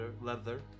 leather